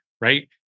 right